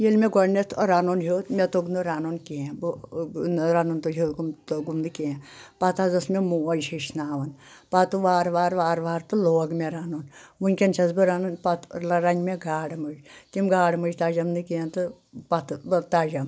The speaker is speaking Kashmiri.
ییٚلہِ مےٚ گۄڈنؠتھ رَنُن ہیوٚت مےٚ توٚگ نہٕ رَنُن کینٛہہ بہٕ رَنُن توٚگُم نہٕ کینٛہہ پَتہٕ حظ ٲس مےٚ موج ہیٚچھناوان پَتہٕ وارٕ وارٕ وارٕ وارٕ تہٕ لوگ مےٚ رَنُن وٕنکؠن چھَس بہٕ رَنُن پَتہٕ رَنہِ مےٚ گاڑٕ مٔجۍ تِم گاڑِٕ مج تَجَم نہٕ کینٛہہ تہٕ پَتہٕ تجَم